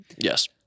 Yes